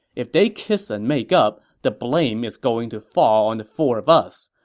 if they kiss and make up, the blame is going to fall on the four of us.